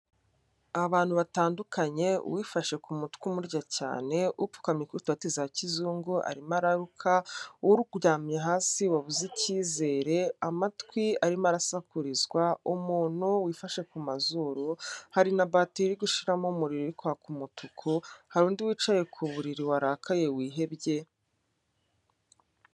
Abantu batandukanye, uwifashe ku mutwe umurya cyane, upfukamye kuri tuwarete za kizungu arimo araruka, uryamye hasi wabuze icyizere amatwi arimo arasakurizwa, umuntu wifashe mu mazuru hari na bateri iri gushiramo umuriro iri kwaka umutuku, hari undi wicaye ku buriri warakaye wihebye.